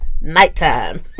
nighttime